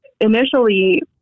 initially